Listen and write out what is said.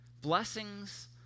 blessings